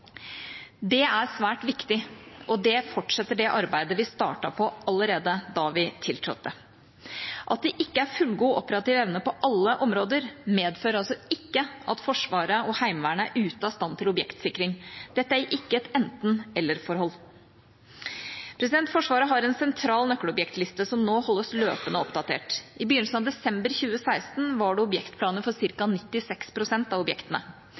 Det er svært viktig, og det fortsetter det arbeidet vi startet på allerede da vi tiltrådte. At det ikke er fullgod operativ evne på alle områder, medfører altså ikke at Forsvaret og Heimevernet er ute av stand til objektsikring. Dette er ikke et enten–eller-forhold. Forsvaret har en sentral nøkkelobjektliste som nå holdes løpende oppdatert. I begynnelsen av desember 2016 var det objektplaner for ca. 96 pst. av objektene.